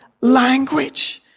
language